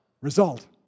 result